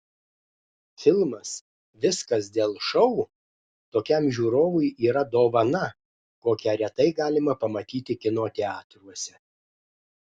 filmas viskas dėl šou tokiam žiūrovui yra dovana kokią retai galima pamatyti kino teatruose